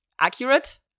Accurate